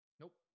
Nope